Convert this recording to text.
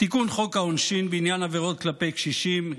חוק העונשין בעניין עבירות כלפי קשישים,